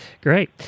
great